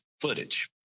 footage